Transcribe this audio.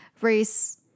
Race